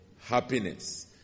happiness